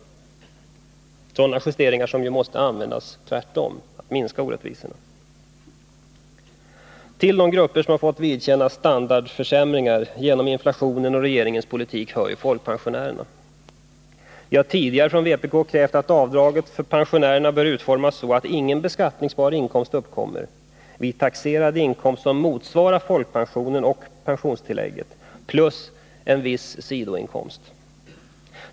Sådana justeringar måste i stället användas på motsatt vis — för att minska orättvisorna. Till de grupper som fått vidkännas standardförsämringar genom inflationen och regeringens politik hör folkpensionärerna. Vi har tidigare från vpk krävt att avdraget för pensionärerna bör utformas så att ingen beskattningsbar inkomst uppkommer vid en taxerad inkomst som motsvarar folkpension och pensionstillskott plus en viss sidoinkomst.